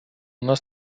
нас